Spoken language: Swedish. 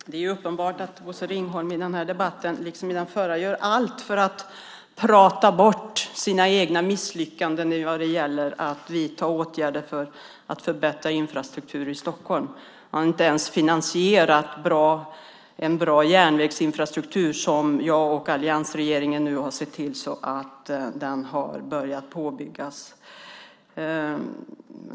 Herr talman! Det är uppenbart att Bosse Ringholm i den här debatten, liksom i den förra, gör allt för att prata bort sina egna misslyckanden när det gäller att vidta åtgärder för att förbättra infrastrukturen i Stockholm. Han har inte ens finansierat en bra järnvägsinfrastruktur. Jag och alliansregeringen har nu sett till att den har börjat byggas.